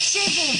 תקשיבי.